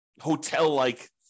hotel-like